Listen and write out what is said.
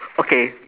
okay